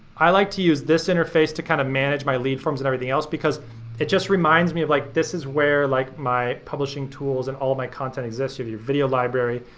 i like to use this interface to kind of manage my lead forms and everything else, because it just reminds me of, like, this is where like my publishing tools and all of my content exists. you have your video library.